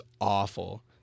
awful